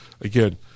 Again